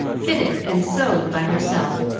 fitted, and sewed by herself,